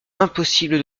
impossible